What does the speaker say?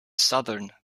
southern